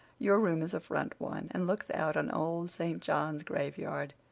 your room is a front one and looks out on old st. john's graveyard,